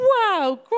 wow